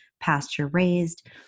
pasture-raised